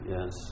Yes